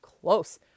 close